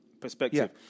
perspective